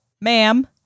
ma'am